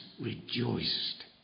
rejoiced